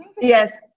yes